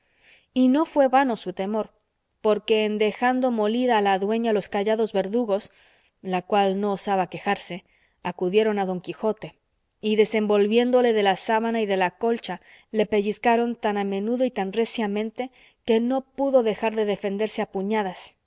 y no fue vano su temor porque en dejando molida a la dueña los callados verdugos la cual no osaba quejarse acudieron a don quijote y desenvolviéndole de la sábana y de la colcha le pellizcaron tan a menudo y tan reciamente que no pudo dejar de defenderse